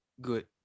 good